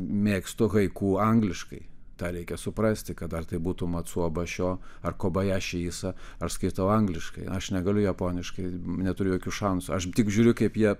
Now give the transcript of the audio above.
mėgstu haiku angliškai tą reikia suprasti kad ar tai būtų matsua bašio ar kobajaši isa aš skaitau angliškai aš negaliu japoniškai neturiu jokių šansų aš tik žiūriu kaip jie